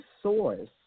source